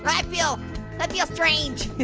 i feel ah feel strange.